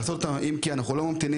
אם כי אנחנו כבר עובדים